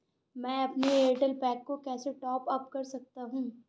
मैं अपने Airtel pack को कैसे टॉप अप कर सकता हूँ?